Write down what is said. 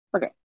Okay